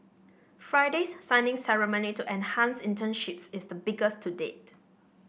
Friday's signing ceremony to enhance internships is the biggest to date